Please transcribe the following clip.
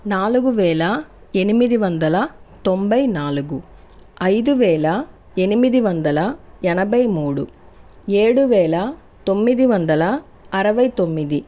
నాలుగు వేల ఎనిమిది వందల తొంభై నాలుగు ఐదు వేల ఎనిమిది వందల ఎనభై మూడు ఏడు వేల తొమ్మిది వందల అరవై తొమ్మిది